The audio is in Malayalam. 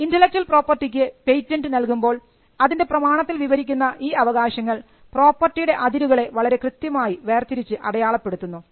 ഇൻ്റലക്ച്വൽ പ്രോപ്പർട്ടിക്ക് പേറ്റന്റ് നൽകുമ്പോൾ അതിൻറെ പ്രമാണത്തിൽ വിവരിക്കുന്ന ഈ അവകാശങ്ങൾ പ്രോപ്പർട്ടിയുടെ അതിരുകളെ വളരെ കൃത്യമായി വേർതിരിച്ച് അടയാളപ്പെടുത്തുന്നു